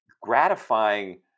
gratifying